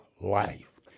life